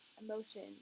emotion